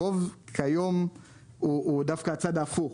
הרוב כיום הוא דווקא הצד ההפוך,